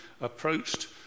approached